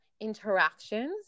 interactions